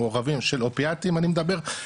של אופיאטים אני מדבר,